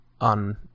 on